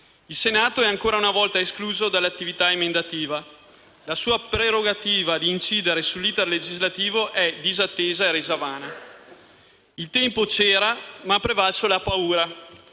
Il Senato è ancora una volta escluso dall'attività emendativa. La sua prerogativa di incidere sull'*iter* legislativo è disattesa e resa vana. Il tempo c'era, ma ha prevalso la paura;